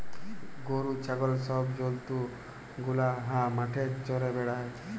গরু, ছাগল ছব জল্তু গুলা হাঁ মাঠে চ্যরে বেড়ায়